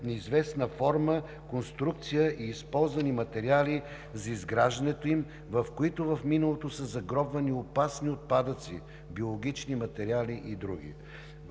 неизвестна форма, конструкция и използвани материали за изграждането им, в които в миналото са загробвани опасни отпадъци, биологични материали и други.